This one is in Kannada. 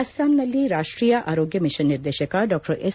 ಅಸ್ಸಾಂನಲ್ಲಿ ರಾಷ್ಷೀಯ ಆರೋಗ್ಯ ಮಿಷನ್ ನಿರ್ದೇಶಕ ಡಾ ಎಸ್